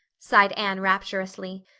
sighed anne rapturously.